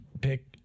pick